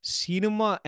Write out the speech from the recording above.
cinema